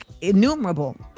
innumerable